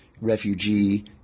refugee